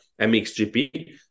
mxgp